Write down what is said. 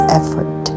effort